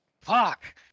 Fuck